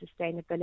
sustainability